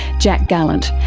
jack gallant.